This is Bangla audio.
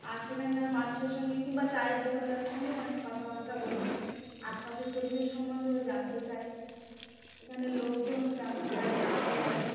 আর সেখানকার মানুষের সঙ্গে কিংবা চায়ের দোকানদারের সঙ্গেও অনেক কথাবার্তা বলি আশপাশের পরিবেশ সম্বন্ধেও জানতে চাই এখানের লোকজনও কেমন তাই জানতেও চাই